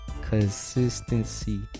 Consistency